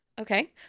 Okay